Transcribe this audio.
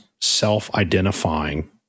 self-identifying